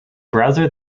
browser